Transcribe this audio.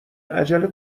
عجله